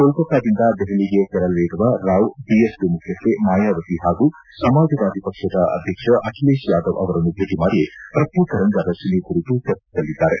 ಕೋಲ್ಕತ್ತಾದಿಂದ ದೆಹಲಿಗೆ ತೆರಳಲಿರುವ ರಾವ್ ಬಿಎಸ್ಪಿ ಮುಖ್ಚಿಹ್ಹೆ ಮಾಯಾವತಿ ಹಾಗೂ ಸಮಾಜವಾದಿ ಪಕ್ಷದ ಅಧ್ಯಕ್ಷ ಅಖಿಲೇಶ್ ಯಾದವ್ ಅವರನ್ನು ಭೇಟಿ ಮಾಡಿ ಪ್ರತ್ಯೇಕ ರಂಗ ರಚನೆ ಕುರಿತು ಚರ್ಚಿಸಲಿದ್ದಾರೆ